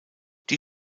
die